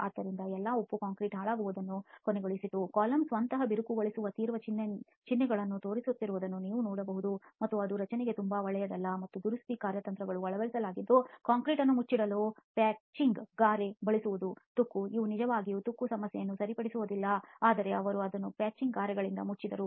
ಆದ್ದರಿಂದ ಎಲ್ಲಾ ಉಪ್ಪು ಕಾಂಕ್ರೀಟ್ ಹಾಳಾಗುವುದನ್ನು ಕೊನೆಗೊಳಿಸಿತು ಕಾಲಮ್ column ಸ್ವತಃ ಬಿರುಕುಗೊಳಿಸುವ ತೀವ್ರ ಚಿಹ್ನೆಗಳನ್ನು ತೋರಿಸುತ್ತಿರುವುದನ್ನು ನೀವು ನೋಡಬಹುದು ಮತ್ತು ಅದು ರಚನೆಗೆ ತುಂಬಾ ಒಳ್ಳೆಯದಲ್ಲ ಮತ್ತು ದುರಸ್ತಿ ಕಾರ್ಯತಂತ್ರವನ್ನು ಅಳವಡಿಸಲಾಗಿದ್ದು ಕಾಂಕ್ರೀಟ್ ಅನ್ನು ಮುಚ್ಚಿಡಲು ಪ್ಯಾಚಿಂಗ್ ಗಾರೆ ಬಳಸುವುದು ತುಕ್ಕು ಅವರು ನಿಜವಾಗಿಯೂ ತುಕ್ಕು ಸಮಸ್ಯೆಯನ್ನು ಸರಿಪಡಿಸಲಿಲ್ಲ ಆದರೆ ಅವರು ಅದನ್ನು ಪ್ಯಾಚಿಂಗ್ ಗಾರೆಗಳಿಂದ ಮುಚ್ಚಿದರು